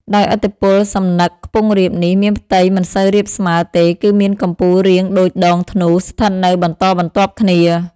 ដោយឥទ្ធិពលសំណឹក ខ្ពង់រាបនេះ មានផ្ទៃមិនសូវរាបស្មើ ទេ គឺមានកំពូលរាងដូចដងធ្នូ ស្ថិតនៅបន្តបន្ទាប់គ្នា ។